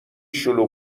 شلوغ